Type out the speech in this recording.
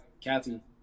Kathy